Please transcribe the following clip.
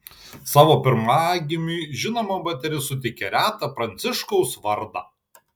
savo pirmagimiui žinoma moteris suteikė retą pranciškaus vardą